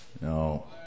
No